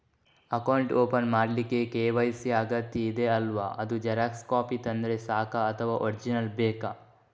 Account open ಮಾಡ್ಲಿಕ್ಕೆ KYC ಯಾ ಅಗತ್ಯ ಇದೆ ಅಲ್ವ ಅದು ಜೆರಾಕ್ಸ್ ಕಾಪಿ ತಂದ್ರೆ ಸಾಕ ಅಥವಾ ಒರಿಜಿನಲ್ ಬೇಕಾ?